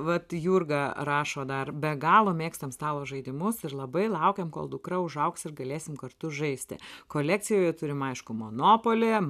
vat jurga rašo dar be galo mėgstam stalo žaidimus ir labai laukiam kol dukra užaugs ir galėsim kartu žaisti kolekcijoje turim aišku monopolį